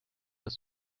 das